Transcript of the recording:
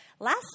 Last